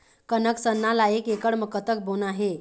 कनक सरना ला एक एकड़ म कतक बोना हे?